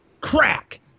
crack